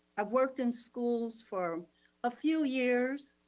i've worked in schools for a few years.